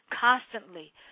constantly